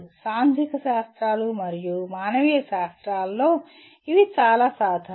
సాంఘిక శాస్త్రాలు మరియు మానవీయ శాస్త్రాలలో ఇవి చాలా సాధారణం